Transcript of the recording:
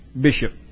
bishop